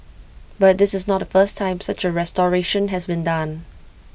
but this is not the first time such A restoration has been done